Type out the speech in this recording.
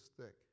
thick